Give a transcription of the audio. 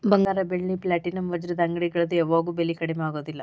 ಬಂಗಾರ ಬೆಳ್ಳಿ ಪ್ಲಾಟಿನಂ ವಜ್ರದ ಅಂಗಡಿಗಳದ್ ಯಾವಾಗೂ ಬೆಲಿ ಕಡ್ಮಿ ಆಗುದಿಲ್ಲ